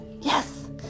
Yes